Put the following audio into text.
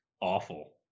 awful